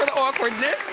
awkwardness.